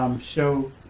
show